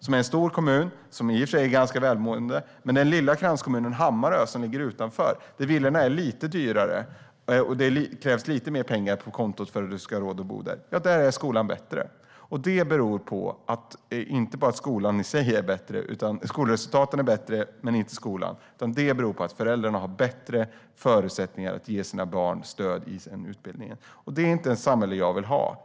Det är en stor kommun som är ganska välmående, men i den lilla kranskommunen Hammarö, som ligger utanför Karlstad, är villorna lite dyrare. Det krävs lite mer pengar på kontot för att du ska ha råd att bo där. Där är skolan bättre, och det beror inte på att skolan i sig är bättre. Skolresultaten är bättre, men inte skolan. Det beror på att föräldrarna har större förutsättningar att ge sina barn stöd i deras utbildning. Det är inte ett sådant samhälle som jag vill ha.